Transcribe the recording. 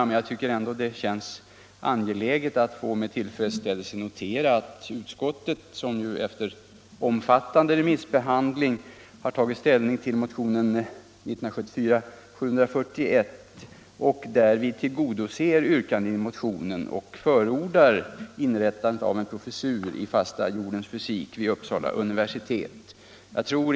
Men jag tycker att det känns angeläget att notera att utskottet efter omfattande remissbehandling tillgodosett yrkandet i motionen 741 och förordat inrättandet av en professor i Den fasta jordens fysik vid Uppsala universitet.